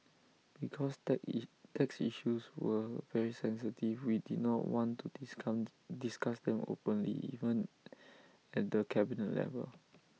because tax tax issues were very sensitive we did not want to discount discuss them openly even at the cabinet level